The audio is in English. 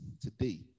Today